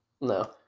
No